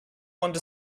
want